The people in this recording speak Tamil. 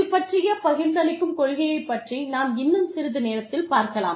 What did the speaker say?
இது பற்றிய பகிர்ந்தளிக்கும் கொள்கையைப் பற்றி நாம் இன்னும் சிறிது நேரத்தில் பார்க்கலாம்